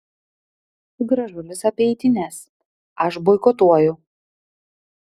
gražulis apie eitynes aš boikotuoju